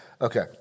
Okay